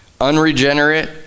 unregenerate